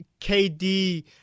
KD